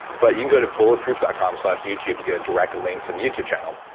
but you can go to bulletproof dot com slash youtube, to get a direct link to the youtube channel,